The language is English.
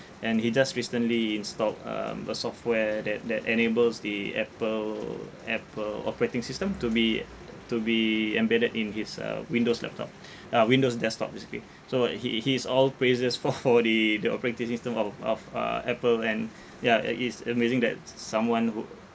and he just recently installed um a software that that enables the Apple Apple operating system to be to be embedded in his uh windows laptop uh Windows desktop basically so uh he he's all praises for for the the operating system of of uh Apple and ya ya it's amazing that s~ someone who